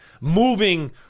moving